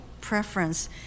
preference